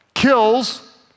Kills